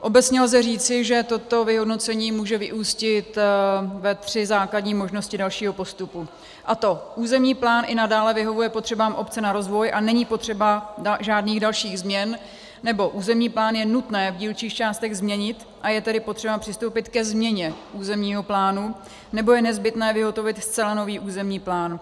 Obecně lze říci, že toto vyhodnocení může vyústit ve tři základní možnosti dalšího postupu, a to: územní plán i nadále vyhovuje potřebám obce na rozvoj a není potřeba žádných dalších změn, nebo územní plán je nutné v dílčích částech změnit, a je tedy potřeba přistoupit ke změně územního plánu, nebo je nezbytné vyhotovit zcela nový územní plán.